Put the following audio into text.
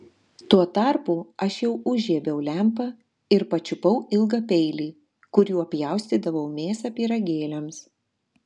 tuo tarpu aš jau užžiebiau lempą ir pačiupau ilgą peilį kuriuo pjaustydavau mėsą pyragėliams